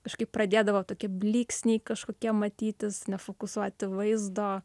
kažkaip pradėdavo tokie blyksniai kažkokie matytis nefokusuoti vaizdo